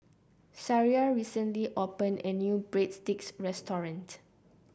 Sariah recently opened a new Breadsticks restaurant